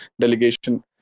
delegation